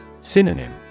Synonym